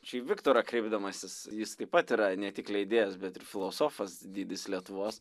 čia į viktorą kreipdamasis jis taip pat yra ne tik leidėjas bet ir filosofas didis lietuvos